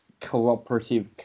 cooperative